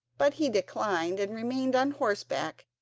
but he declined, and remained on horseback,